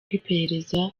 rw’iperereza